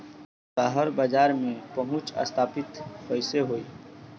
बाहर बाजार में पहुंच स्थापित कैसे होई?